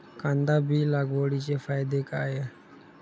कांदा बी लागवडीचे फायदे काय?